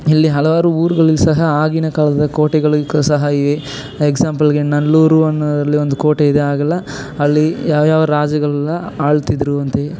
ಇಲ್ಲಿ ಹಲವಾರು ಊರುಗಳು ಸಹ ಆಗಿನ ಕಾಲದ ಕೋಟೆಗಳಿಗೂ ಸಹ ಇವೆ ಎಗ್ಸಾಂಪಲ್ಗೆ ನೆಲ್ಲೂರು ಅನ್ನೋದ್ರಲ್ಲಿ ಒಂದು ಕೋಟೆಯಿದೆ ಆಗೆಲ್ಲ ಅಲ್ಲಿ ಯಾವ್ಯಾವ ರಾಜಗಳೆಲ್ಲ ಆಳ್ತಿದ್ದರು ಅಂತೇ